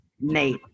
Nate